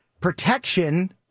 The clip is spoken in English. protection